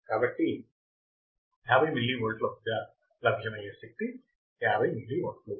కాబట్టి 50 మిల్లీవోల్ట్ల వద్ద లభ్యమయ్యే శక్తి 50 మిల్లీవాట్లు